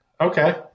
Okay